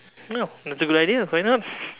no that's a good idea why not